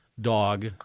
dog